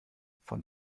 von